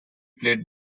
played